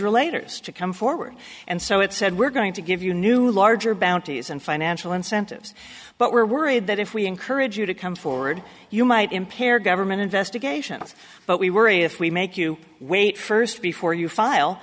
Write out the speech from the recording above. or later to come forward and so it said we're going to give you new larger bounties and financial incentives but we're worried that if we encourage you to come forward you might impair government investigations but we worry if we make you wait first before you file